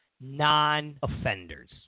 non-offenders